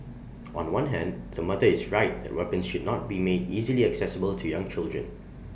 on one hand the mother is right that weapons should not be made easily accessible to young children